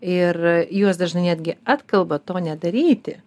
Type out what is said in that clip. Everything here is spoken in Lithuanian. ir juos dažnai netgi atkalba to nedaryti